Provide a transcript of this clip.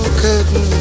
curtain